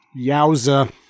Yowza